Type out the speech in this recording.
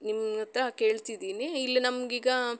ನಿಮ್ಮಹತ್ರ ಕೇಳ್ತಿದೀನಿ ಇಲ್ಲಿ ನಮಗೀಗ